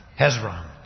Hezron